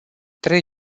trei